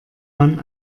man